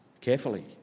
carefully